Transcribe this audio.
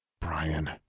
Brian